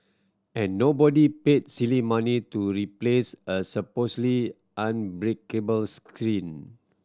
and nobody paid silly money to replace a supposedly unbreakable screen